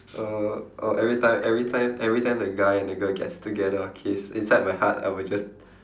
uh oh every time every time every time the guy and the girl gets together kiss inside my heart I will just